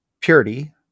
Purity